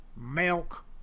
milk